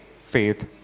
faith